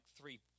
three